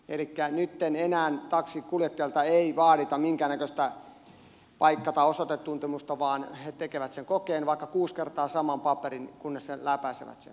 elikkä nytten enää taksinkuljettajalta ei vaadita minkäännäköistä paikka tai osoitetuntemusta vaan he tekevät sen kokeen vaikka kuusi kertaa saman paperin kunnes läpäisevät sen